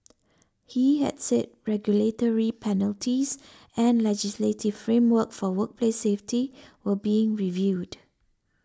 he had said regulatory penalties and legislative framework for workplace safety were being reviewed